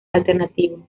alternativo